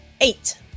Eight